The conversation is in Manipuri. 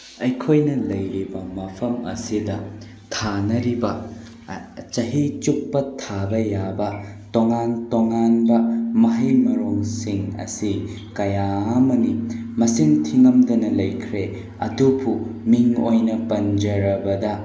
ꯑꯩꯈꯣꯏꯅ ꯂꯩꯔꯤꯕ ꯃꯐꯝ ꯑꯁꯤꯗ ꯊꯥꯅꯔꯤꯕ ꯆꯍꯤ ꯆꯨꯞꯄ ꯊꯥꯕ ꯌꯥꯕ ꯇꯣꯉꯥꯟ ꯇꯣꯉꯥꯟꯕ ꯃꯍꯩ ꯃꯔꯣꯡꯁꯤꯡ ꯑꯁꯤ ꯀꯌꯥ ꯑꯃꯅꯤ ꯃꯁꯤꯡ ꯊꯤꯉꯝꯗꯅ ꯂꯩꯈ꯭ꯔꯦ ꯑꯗꯨꯕꯨ ꯃꯤꯡ ꯑꯣꯏꯅ ꯄꯟꯖꯔꯕꯗ